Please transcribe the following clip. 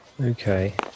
Okay